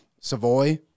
Savoy